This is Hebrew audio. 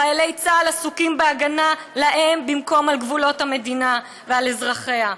חיילי צה"ל עסוקים בהגנה עליהן במקום על גבולות המדינה ועל אזרחיה.